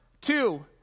two